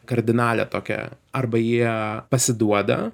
kardinalią tokią arba jie pasiduoda